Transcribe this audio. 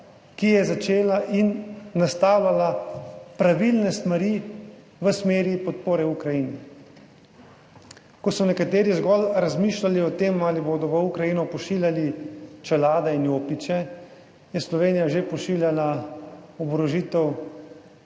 ki je začela in nastavljala pravilne stvari v smeri podpore Ukrajini. Ko so nekateri zgolj razmišljali o tem, ali bodo v Ukrajino pošiljali čelade in jopiče, je Slovenija že pošiljala oborožitev